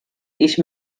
ich